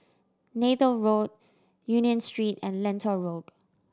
Neythal Road Union Street and Lentor Road